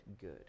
good